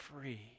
free